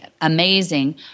amazing